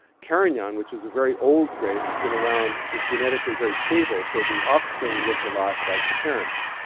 carignan, which is a very old grape, it's been around, is genetically very stable, so the offspring look a lot like the parents.